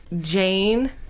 Jane